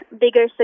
bigger